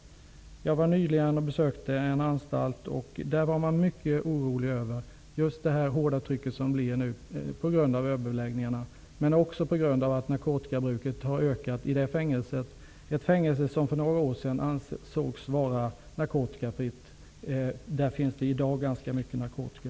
Jag besökte nyligen en anstalt. Där var man mycket orolig över just det hårda trycket beroende på överbeläggningarna men också på grund av att narkotikabruket har ökat vid fängelset, ett fängelse som för några år sedan ansågs vara narkotikafritt men där det i dag förekommer ganska mycket narkotika.